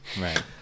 Right